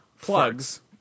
Plugs